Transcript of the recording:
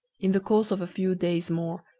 in the course of a few days more,